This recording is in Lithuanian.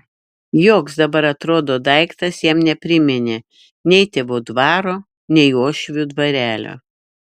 joks dabar atrodo daiktas jam nepriminė nei tėvų dvaro nei uošvių dvarelio